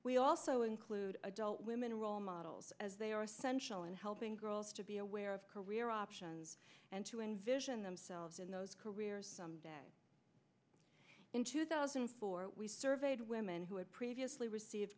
we also include adult women role models as they are essential in helping girls to be aware of career options and to envision themselves in those careers someday in two thousand and four we surveyed women who had previously received